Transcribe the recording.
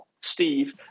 Steve